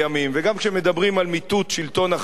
וגם כשמדברים על מיטוט שלטון ה"חמאס",